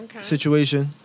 Situation